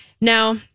Now